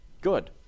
good